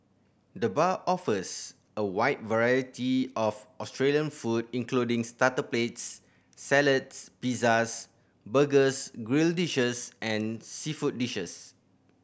the bar offers a wide variety of Australian food including starter plates salads pizzas burgers grill dishes and seafood dishes